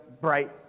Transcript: bright